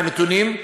עם הנתונים,